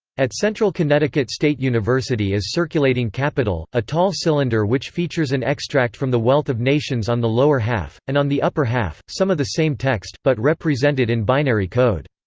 at central connecticut state university is circulating capital, a tall cylinder which features an extract from the wealth of nations on the lower half, and on the upper half, some of the same text, but represented in binary code.